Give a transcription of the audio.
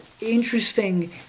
interesting